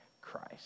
Christ